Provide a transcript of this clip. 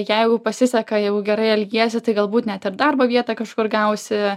jeigu pasiseka jeigu gerai elgiesi tai galbūt net ir darbo vietą kažkur gausi